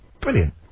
brilliant